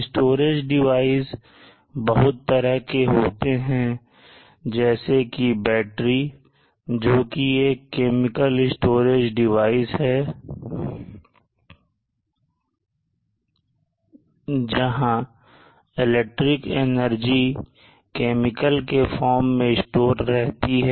storage device बहुत तरह के होते हैं जैसे कि बैटरी जोकि एक केमिकल स्टोरेज डिवाइस है जहां इलेक्ट्रिक एनर्जी केमिकल के फार्म में स्टोर रहती है